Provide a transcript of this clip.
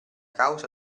causa